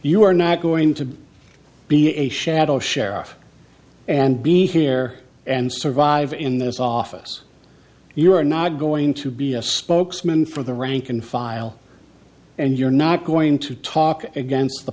you are not going to be a shadow sheriff and be here and survive in this office you're not going to be a spokesman for the rank and file and you're not going to talk against the